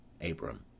Abram